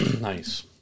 Nice